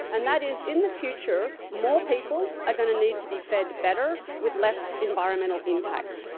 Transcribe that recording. and that is in the future more people are going to need to be fed better with less environmental impact.